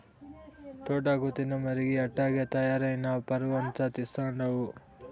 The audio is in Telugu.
తోటాకు తినమరిగి అట్టాగే తయారై నా పరువంతా తీస్తండావు